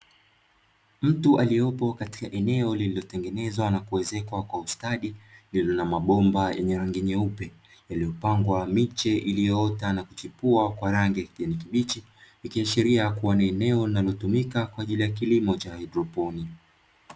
Mtu aliyepo katika eneo lililoezekwa kwa ustadi lililo na mabomba yenye rangi nyeupe yaliyopangwa miche iliyoota na kuchipua kwa rangi ya kijani kibichi, ikiashiria kuwa ni eneo linalotumika kwa ajili ya kilimo cha haidroponi.